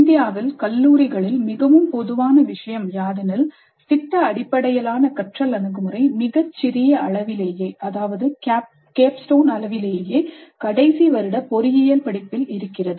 இந்தியாவில் கல்லூரிகளில் மிகவும் பொதுவான விஷயம் யாதெனில் திட்ட அடிப்படையிலான கற்றல் அணுகுமுறை மிகச்சிறிய அளவிலேயே அதாவது கேப்ட்ஸ்டோன் அளவிலேயே கடைசி வருட பொறியியல் படிப்பில் இருக்கிறது